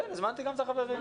כן, הזמנתי את החברים.